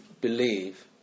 believe